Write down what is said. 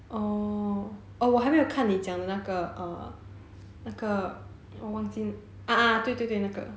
oh oh 我还没有看你讲的那个那个啊对对对那个